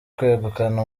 kwegukana